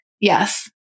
Yes